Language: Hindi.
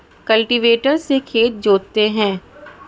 कल्टीवेटर से खेत जोतते हैं